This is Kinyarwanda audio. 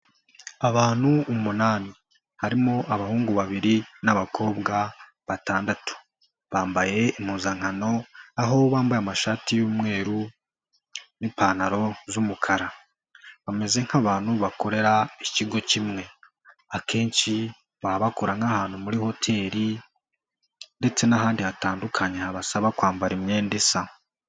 Abantu umunani. Harimo abahungu babiri n'abakobwa batandatu. Bambaye impuzankano aho bambaye amashati y'umweru n'ipantaro z'umukara. Bameze nk'abantu bakorera ikigo kimwe. Akenshi baba bakora nk'ahantu muri hoteri ndetse n'ahandi hatandukanye habasaba kwambara imyenda isa.